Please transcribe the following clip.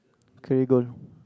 career goal